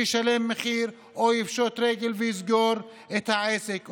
ישלם מחיר או יפשוט רגל ויסגור את העסק.